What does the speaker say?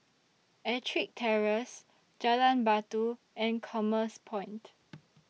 Ettrick Terrace Jalan Batu and Commerce Point